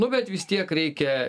nu bet vis tiek reikia